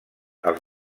els